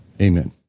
Amen